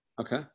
Okay